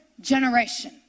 generation